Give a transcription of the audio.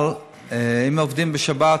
אבל אם הם עובדים בשבת,